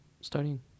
studying